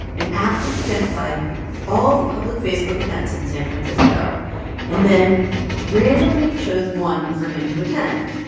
an app which identified all the public facebook events in san francisco and then randomly chose one for him to attend.